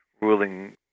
ruling